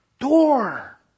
door